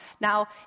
Now